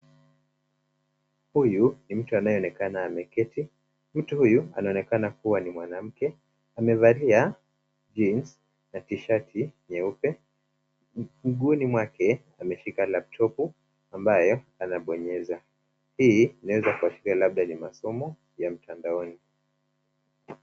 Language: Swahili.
Huyu ni mtu anayeonekana ameketi. Mtu huyu anaonekana kuwa ni mwanamke amevalia Jean na tishati nyeupe miguuni mwake ameshika laptop ambaye anaponyesa. Hii inaweza asheria labda ni masomo ya mtandaoni.